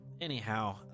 anyhow